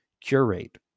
curate